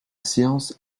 séance